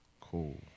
Cool